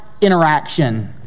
interaction